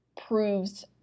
proves